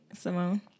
Simone